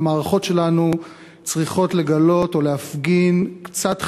המערכות שלנו צריכות לגלות או להפגין קצת חמלה,